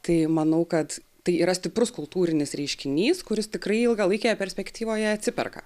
tai manau kad tai yra stiprus kultūrinis reiškinys kuris tikrai ilgalaikėje perspektyvoje atsiperka